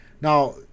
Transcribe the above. Now